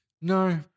no